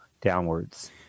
downwards